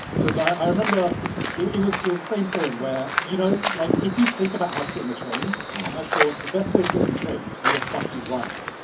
cause i remember it was it was the same point where, you know, like, if you think about how to get in the train and i thought the best way to get in this train is to do a fucking run-up.